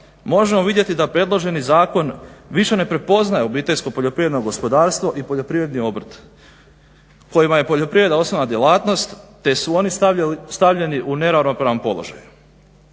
možemo vidjeti da predloženi zakon više ne prepoznaje OPG i poljoprivredni obrt kojima je poljoprivreda osnovna djelatnost te su oni stavljeni u neravnopravan položaj.